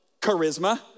Charisma